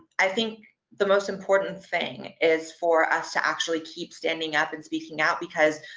i think the most important thing, is for us to actually keep standing up and speaking out because,